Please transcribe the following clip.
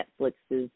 Netflix's